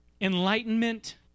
enlightenment